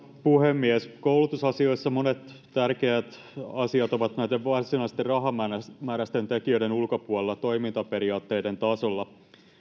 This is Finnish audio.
puhemies koulutusasioissa monet tärkeät asiat ovat näiden varsinaisten rahamääräisten tekijöiden ulkopuolella toimintaperiaatteiden tasolla